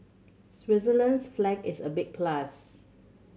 Switzerland's flag is a big plus